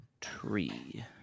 tree